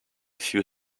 few